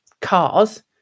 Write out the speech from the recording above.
cars